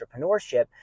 entrepreneurship